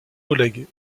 oleg